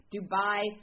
Dubai